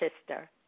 sister